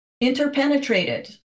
Interpenetrated